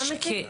תשמעי,